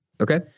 Okay